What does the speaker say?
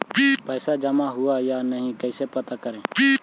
पैसा जमा हुआ या नही कैसे पता करे?